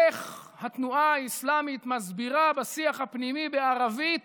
איך התנועה האסלאמית מסבירה בשיח הפנימי בערבית